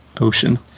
ocean